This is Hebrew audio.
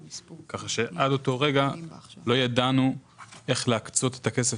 כך שעד לאותו מועד לא ידענו איך להקצות את הכסף